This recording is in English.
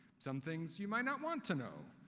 some things you might not want to know,